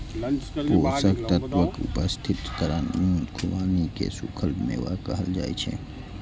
पोषक तत्वक उपस्थितिक कारण खुबानी कें सूखल मेवा कहल जाइ छै